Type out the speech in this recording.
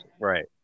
Right